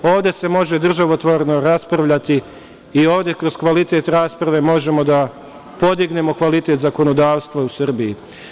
Ovde se može državotvorno raspravljati i ovde kroz kvalitet rasprave možemo da podignemo kvalitet zakonodavstva u Srbiji.